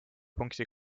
punkti